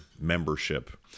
membership